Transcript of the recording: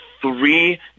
three